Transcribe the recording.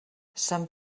sant